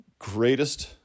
greatest